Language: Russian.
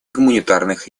гуманитарных